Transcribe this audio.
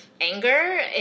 anger